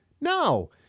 No